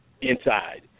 inside